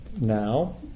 now